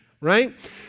Right